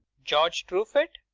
george truefit?